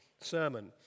sermon